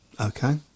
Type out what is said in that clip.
Okay